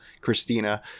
christina